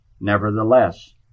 Nevertheless